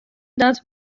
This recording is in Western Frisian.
dat